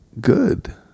good